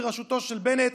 בראשותו של בנט,